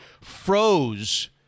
froze